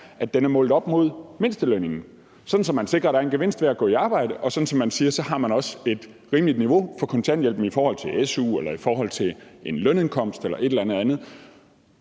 at måle den op mod mindstelønningen, sådan at man sikrer, at der er en gevinst ved at gå i arbejde, og sådan at der også er et rimeligt niveau for kontanthjælpen i forhold til su, en lønindkomst eller noget andet?